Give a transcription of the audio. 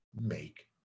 Make